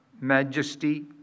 majesty